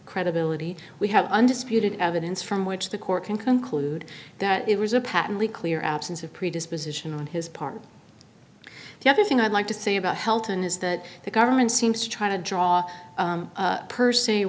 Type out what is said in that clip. credibility we have undisputed evidence from which the court can conclude that it was a patently clear absence of predisposition on his part the other thing i'd like to say about helton is that the government seems to try to draw